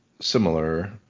similar